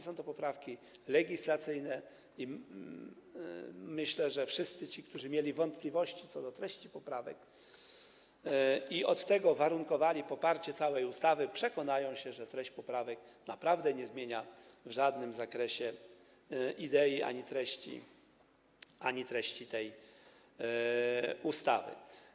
Są to poprawki legislacyjne i myślę, że wszyscy ci, którzy mieli wątpliwości co do treści poprawek i od tego uzależniali poparcie ustawy, przekonają się, że treść poprawek naprawdę nie zmienia w żadnym zakresie idei ani treści tej ustawy.